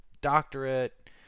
doctorate